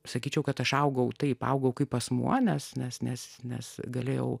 sakyčiau kad aš augau taip augau kaip asmuo nes nes nes nes galėjau